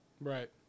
right